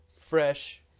fresh